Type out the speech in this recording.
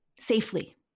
safely